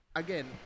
again